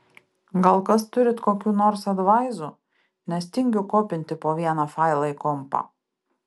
gal kas turit kokių nors advaizų nes tingiu kopinti po vieną failą į kompą